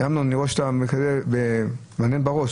אמנון, אני רואה שאתה מהנהן בראש.